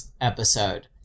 episode